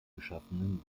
geschaffenen